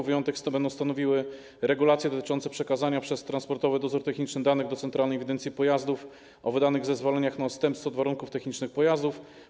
Wyjątek będą stanowiły regulacje dotyczące przekazania przez Transportowy Dozór Technicznych do centralnej ewidencji pojazdów informacji o wydanych zezwolenia na odstępstwo od warunków technicznych pojazdów.